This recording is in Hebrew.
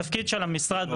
התפקיד של המשרד,